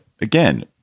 again